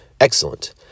excellent